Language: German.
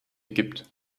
gibt